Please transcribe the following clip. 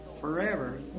Forever